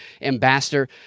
ambassador